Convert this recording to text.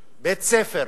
בית-ספר,